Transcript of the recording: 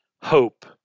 hope